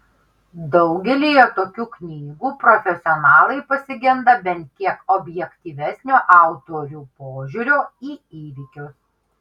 daugelyje tokių knygų profesionalai pasigenda bent kiek objektyvesnio autorių požiūrio į įvykius